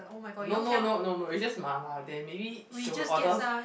no no not no no it's just mala then maybe she will orders